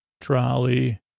trolley